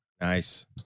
Nice